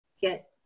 get